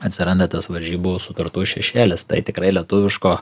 atsiranda tas varžybų sutartų šešėlis tai tikrai lietuviško